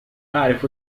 أعرف